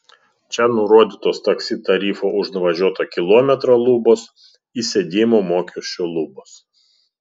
čia nurodytos taksi tarifo už nuvažiuotą kilometrą lubos įsėdimo mokesčio lubos